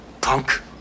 punk